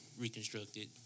reconstructed